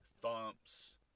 Thumps